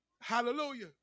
Hallelujah